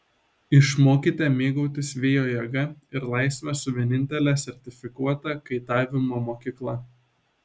išmokite mėgautis vėjo jėga ir laisve su vienintele sertifikuota kaitavimo mokykla